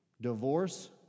divorce